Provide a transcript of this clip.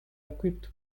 equipped